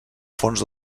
fons